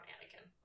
Anakin